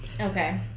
Okay